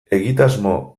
egitasmo